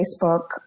Facebook